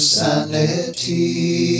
sanity